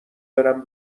برم